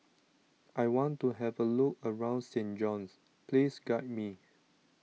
I want to have a look around Saint John's Please guide me